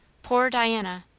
poor diana!